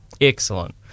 Excellent